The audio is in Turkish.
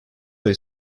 ayı